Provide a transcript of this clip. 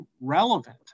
relevant